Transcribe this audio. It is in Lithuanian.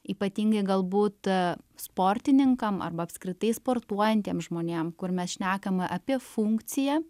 ypatingai galbūt sportininkam arba apskritai sportuojantiem žmonėm kur mes šnekam apie funkciją